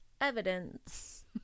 evidence